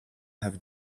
have